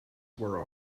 were